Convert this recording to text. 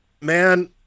man